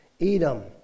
Edom